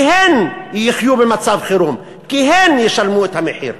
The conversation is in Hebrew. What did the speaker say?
כי הן יחיו במצב חירום, כי הן ישלמו את המחיר.